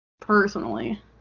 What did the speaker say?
Personally